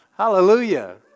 Hallelujah